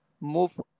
move